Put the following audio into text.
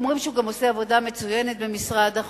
אומרים שהוא גם עושה עבודה מצוינת במשרד החוץ,